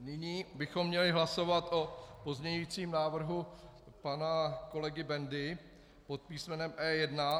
Nyní bychom měli hlasovat o pozměňovacím návrhu pana kolegy Bendy pod písmenem E1.